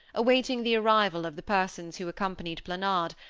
awaiting the arrival of the persons who accompanied planard,